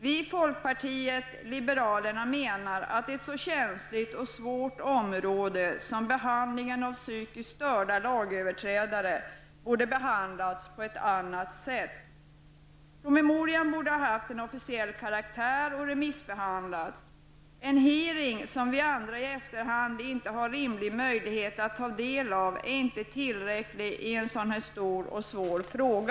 Vi i folkpartiet liberalerna anser att ett så känsligt och svårt område som behandlingen av psykiskt störda lagöverträdare borde ha hanterats på ett annat sätt. Promemorian borde ha varit av officiell karaktär och remissbehandlats. En utfrågning som vi andra i efterhand inte har rimlig möjlighet att ta del av är inte tillräcklig när det gäller en så här stor och svår fråga.